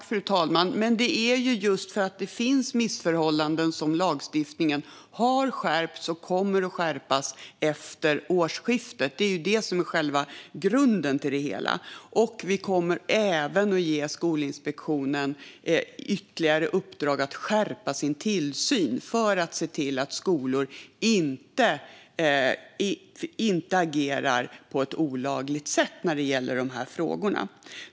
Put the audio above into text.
Fru talman! Det är just för att det finns missförhållanden som lagstiftningen har skärpts och kommer att skärpas igen från årsskiftet. Det är det som är grunden. Vi kommer även att ge Skolinspektionen ytterligare uppdrag att skärpa sin tillsyn för att se till att skolor inte agerar på ett olagligt sätt när det gäller de här frågorna.